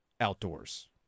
outdoors